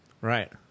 Right